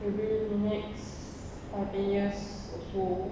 maybe next five ten years or so